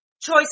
choice